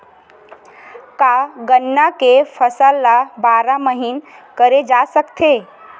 का गन्ना के फसल ल बारह महीन करे जा सकथे?